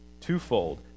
Twofold